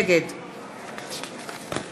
נגד